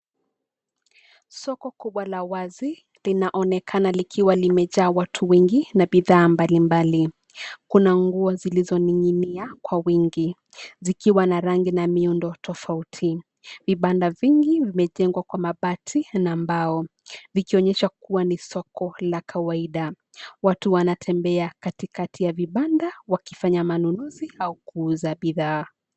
Soko kubwa la wazi linaonekana likiwa limejaa watu wengi na bidhaa mbali mbali. Kuna nguo zilizoning'inia kwa wingi zikiwa na rangi na miundo tofauti. Vibanda vingi vimejengwa kwa mabati na mbao, vikionyesha kuwa ni soko la kawaida. Watu wanatembea kati kati ya vibanda, wakifanya manunuzi au kuuza bidhaa.